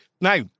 Now